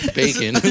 bacon